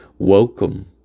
Welcome